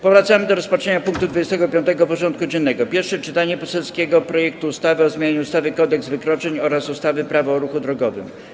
Powracamy do rozpatrzenia punktu 25. porządku dziennego: Pierwsze czytanie poselskiego projektu ustawy o zmianie ustawy Kodeks wykroczeń oraz ustawy Prawo o ruchu drogowym.